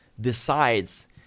decides